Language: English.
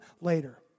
later